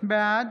בעד